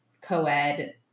co-ed